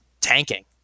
tanking